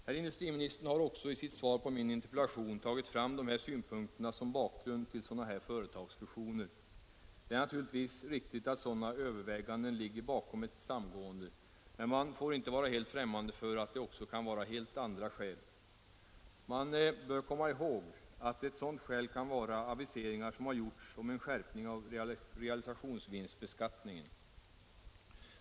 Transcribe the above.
Herr industriministern har också i sitt svar på min interpellation tagit fram de här synpunkterna som bakgrund till sådana här företagsfusioner. Det är naturligtvis riktigt att dylika överväganden ligger bakom ett samgående, men man får inte vara helt främmande för att det också kan vara helt andra skäl. Man bör komma ihåg att ett sådant skäl kan vara aviseringar som har gjorts om en skärpning av realisationsvinstbeskattningen.